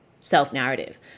self-narrative